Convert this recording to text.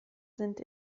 sind